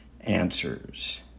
answers